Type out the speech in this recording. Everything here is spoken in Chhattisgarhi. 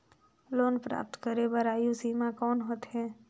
लोन प्राप्त करे बर आयु सीमा कौन होथे?